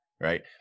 right